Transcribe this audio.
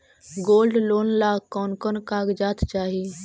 Gold loan ला कौन कौन कागजात चाही?